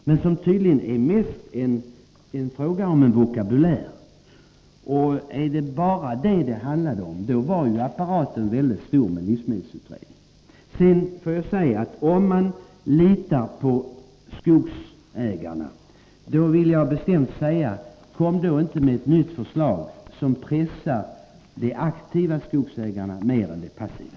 Men det är tydligen mest en fråga om vokabulär. Om det bara handlar om detta var apparaten med livsmedelsutredningen väldigt stor. Om man litar på skogsägarna vill jag bestämt säga: Kom inte med ett nytt förslag som pressar de aktiva skogsägarna mer än de passiva!